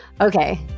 Okay